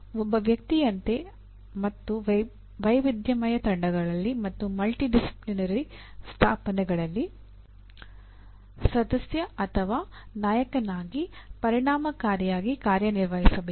ಒಬ್ಬ ವ್ಯಕ್ತಿಯಂತೆ ಮತ್ತು ವೈವಿಧ್ಯಮಯ ತಂಡಗಳಲ್ಲಿ ಮತ್ತು ಮಲ್ಟಿಡಿಸಿಪ್ಲಿನರಿ ಸ್ಥಾಪನೆಗಳಲ್ಲಿ ಸದಸ್ಯ ಅಥವಾ ನಾಯಕನಾಗಿ ಪರಿಣಾಮಕಾರಿಯಾಗಿ ಕಾರ್ಯ ನಿರ್ವಹಿಸಬೇಕು